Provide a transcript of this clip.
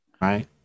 right